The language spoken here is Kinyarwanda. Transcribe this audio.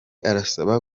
arasaba